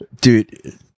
Dude